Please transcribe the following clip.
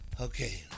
Okay